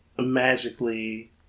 magically